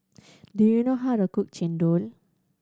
do you know how to cook Chendol